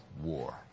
war